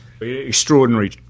Extraordinary